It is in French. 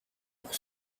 pour